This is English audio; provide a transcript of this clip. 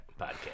podcast